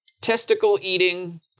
testicle-eating